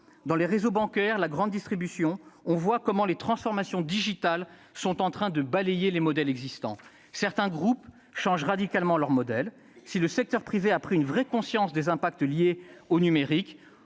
dans les réseaux bancaires, la grande distribution, les transformations digitales sont en train de balayer les modèles existants ; certains groupes changent radicalement leur modèle. Si le secteur privé a pris une vraie conscience des incidences liées au numérique,